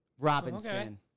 Robinson